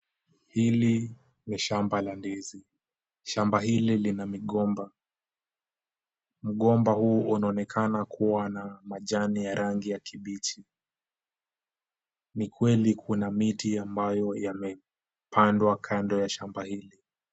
Hili ni shamba la ndizi. Shamba hili lina migomba. Mgomba huu unaonekana kuwa na majani ya rangi ya kibichi. Ni kweli kuna miti ambayo yamepandwa kando ya shamba hili.